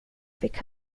fick